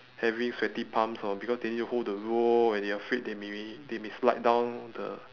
having sweaty palms or because they need to hold the rope and they are afraid they maybe they may slide down the